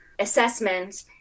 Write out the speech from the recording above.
Assessment